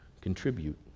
contribute